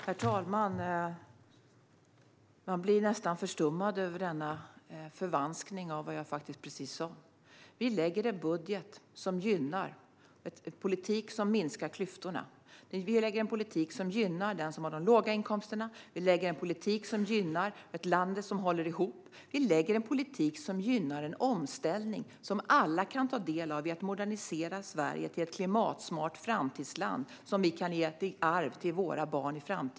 Herr talman! Jag blir nästan förstummad över denna förvanskning av vad jag precis sa. Vi lägger fram en budget för en politik som minskar klyftorna. Vi lägger fram en politik som gynnar dem som har de låga inkomsterna. Vi lägger fram en politik som gynnar ett land som håller ihop. Vi lägger fram en politik som gynnar en omställning som alla kan ta del av för att modernisera Sverige till ett klimatsmart framtidsland som vi kan ge i arv till våra barn.